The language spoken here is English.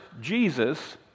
jesus